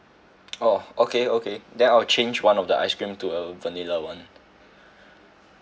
oh okay okay then I'll change one of the ice cream to a vanilla [one]